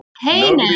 Hey